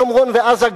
שומרון ועזה,